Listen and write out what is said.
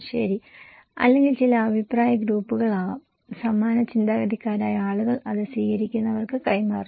ശരി അല്ലെങ്കിൽ ചില അഭിപ്രായ ഗ്രൂപ്പുകളായിരിക്കാം സമാന ചിന്താഗതിക്കാരായ ആളുകൾ അത് സ്വീകരിക്കുന്നവർക്ക് കൈമാറുന്നു